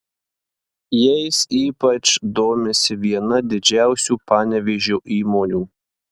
jais ypač domisi viena didžiausių panevėžio įmonių